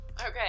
okay